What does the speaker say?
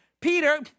Peter